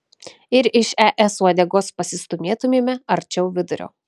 ir iš es uodegos pasistūmėtumėme arčiau vidurio